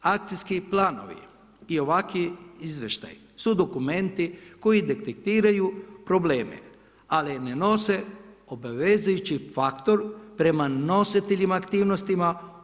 Akcijski planovi i ovakvi izvještaji su dokumenti koji detektiraju probleme ali ne nose obavezujući faktor prema nositeljima aktivnosti.